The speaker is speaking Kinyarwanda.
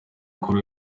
kuri